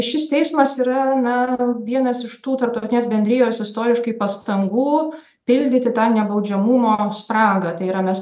šis teismas yra na vienas iš tų tarptautinės bendrijos istoriškai pastangų pildyti tą nebaudžiamumo spragą tai yra mes